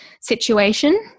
situation